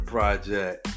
Project